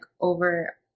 over